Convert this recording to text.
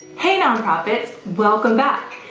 hey nonprofits, welcome back!